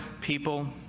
people